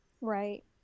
Right